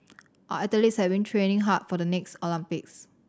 our athletes have been training hard for the next Olympics